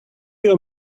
your